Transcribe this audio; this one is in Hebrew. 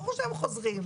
ברור שהם חוזרים,